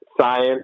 science